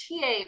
TA